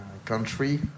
Country